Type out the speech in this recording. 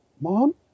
mom